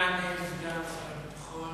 יענה סגן שר הביטחון,